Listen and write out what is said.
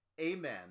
amen